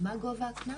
מה גובה הקנס?